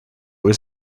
was